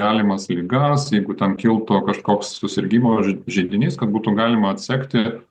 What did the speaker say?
galimas ligas jeigu ten kiltų kažkoks susirgimo židinys kad būtų galima atsekti